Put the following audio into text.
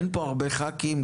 אין פה הרבה ח"כים,